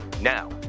Now